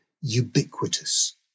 ubiquitous